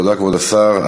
תודה, כבוד השר.